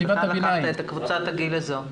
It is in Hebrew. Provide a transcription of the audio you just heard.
אתה בחרת את קבוצת הגיל הזו.